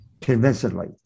convincingly